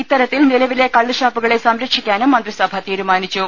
ഇത്തര ത്തിൽ നിലവിലെ കള്ള് ഷാപ്പുകളെ സംരക്ഷിക്കാനും മന്ത്രിസഭ തീരുമാനിച്ചു